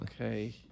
Okay